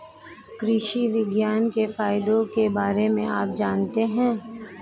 कृषि विज्ञान के फायदों के बारे में आप जानते हैं?